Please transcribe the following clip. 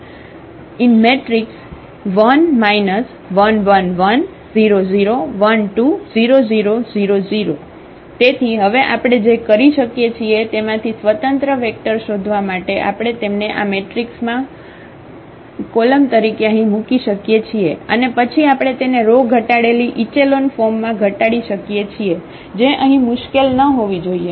1 1 1 1 0 0 1 2 0 0 0 0 તેથી હવે આપણે જે કરી શકીએ છીએ તેમાંથી સ્વતંત્ર વેક્ટર શોધવા માટે આપણે તેમને આ મેટ્રિક્સમાં કેલમ તરીકે અહીં મૂકી શકીએ છીએ અને પછી આપણે તેને રો ઘટાડેલી ઇચેલોન ફોર્મમાં ઘટાડી શકીએ છીએ જે અહીં મુશ્કેલ ન હોવી જોઈએ